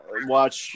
watch